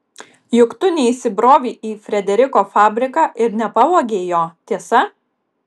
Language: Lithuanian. juk tu neįsibrovei į frederiko fabriką ir nepavogei jo tiesa